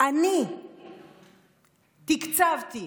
אני תקצבתי